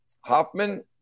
Hoffman